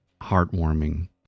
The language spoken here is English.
heartwarming